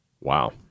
Wow